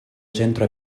centro